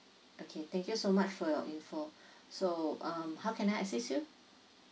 okay thank you so much for your info so um how can I assist you